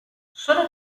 sono